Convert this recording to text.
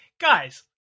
Guys